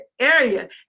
area